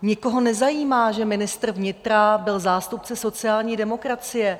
Nikoho nezajímá, že ministr vnitra byl zástupce sociální demokracie.